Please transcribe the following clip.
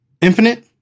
Infinite